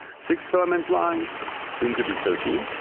six filament lines soon to be thirteen,